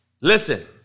Listen